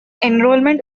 enrolment